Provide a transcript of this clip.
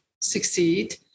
succeed